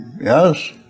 Yes